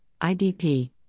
IDP